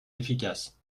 efficace